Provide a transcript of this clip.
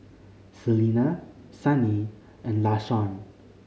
Celina Sunny and Lashawn